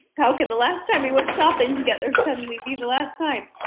how can the last time we went shopping together suddenly be the last time?